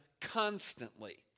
constantly